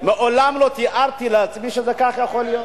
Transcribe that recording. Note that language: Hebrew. מעולם לא תיארתי לעצמי שזה כך יכול להיות.